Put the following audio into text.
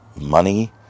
money